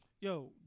Yo